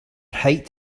height